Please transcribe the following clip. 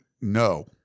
no